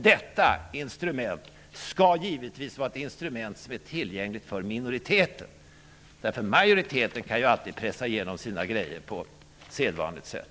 Detta instrument skall naturligtvis vara tillgängligt för minoriteten. Majoriteten kan ju alltid pressa igenom sina grejer på sedvanligt sätt.